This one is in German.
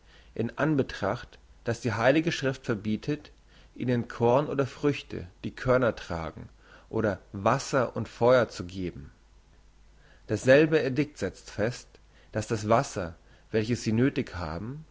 in anbetracht dass die heilige schrift verbietet ihnen korn oder früchte die körner tragen oder wasser oder feuer zu geben dasselbe edikt setzt fest dass das wasser welches sie nöthig haben